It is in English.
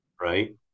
right